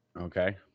okay